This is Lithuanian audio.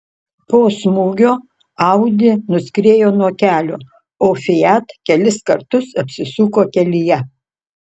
po smūgio audi nuskriejo nuo kelio o fiat kelis kartus apsisuko kelyje